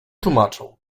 tłumaczył